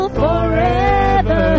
forever